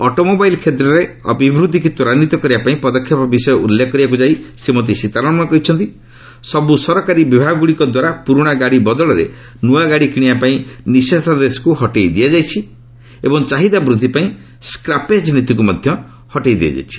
automobile କ୍ଷେତ୍ରରେ ଅଭିବୃଦ୍ଧିକୁ ତ୍ୱରାନ୍ଧିତ କରିବା ପାଇଁ ପଦକ୍ଷେପ ବିଷୟରେ ଉଲ୍ଲେଖ କରିବାକୁ ଯାଇ ଶ୍ରୀମତୀ ସୀତାରମଣ କହିଛନ୍ତି ସବୁ ସରକାରୀ ବିଭାଗଗୁଡ଼ିକ ଦ୍ୱାରା ପୁରୁଣା ଗାଡ଼ି ବଦଳରେ ନୂଆ ଗାଡ଼ି କିଶିବା ପାଇଁ ନିଷେଧାଦେଶକୁ ହଟାଇ ଦିଆଯାଇଛି ଏବଂ ଚାହିଦା ବୃଦ୍ଧି ପାଇଁ ସ୍କ୍ରାପେଜ୍ ନୀତିକୁ ମଧ୍ୟ ହଟେଇ ଦିଆଯାଇଛି